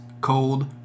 cold